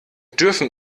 dürfen